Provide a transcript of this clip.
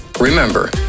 remember